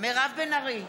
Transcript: מירב בן ארי,